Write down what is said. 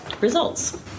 results